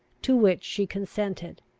to which she consented,